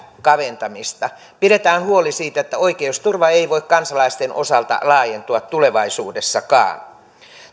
kaventamista pidetään huoli siitä että oikeusturva ei voi kansalaisten osalta laajentua tulevaisuudessakaan